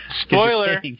spoiler